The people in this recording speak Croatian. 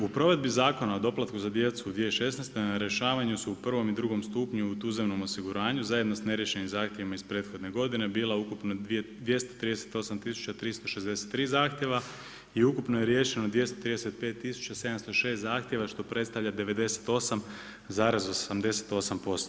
U provedbu Zakona o doplatku za djecu na rješavanju su u prvom i drugom stupnju u tuzemnom osiguranju zajedno sa neriješenim zahtjevima iz prethodne godine bila ukupno 238 tisuća 363 zahtjeva i ukupno je riješeno 235 tisuća 706 zahtjeva što predstavlja 98,88%